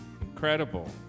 Incredible